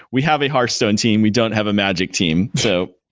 we have a hearthstone team. we don't have a magic team. so,